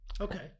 Okay